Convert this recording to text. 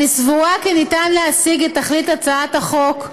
אני סבורה כי ניתן להשיג את תכלית הצעת החוק,